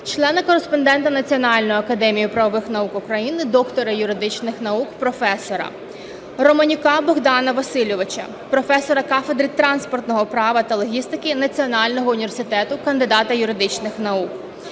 члена-кореспондента Національної академії правових наук України, доктора юридичних наук, професора; Романюка Богдана Васильовича, професора кафедри транспортного права та логістики Національного університету, кандидата юридичних наук;